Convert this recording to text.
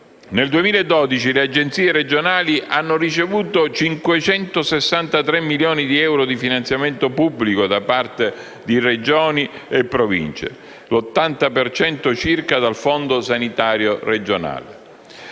Nel 2012 le Agenzie regionali hanno ricevuto 563 milioni di euro di finanziamento pubblico da parte di Regioni e Province, l'80 per cento circa dai Fondi sanitari regionali.